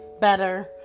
better